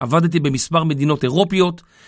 עבדתי במספר מדינות אירופיות